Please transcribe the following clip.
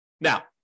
Now